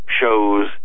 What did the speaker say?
shows